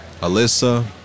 Alyssa